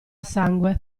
sangue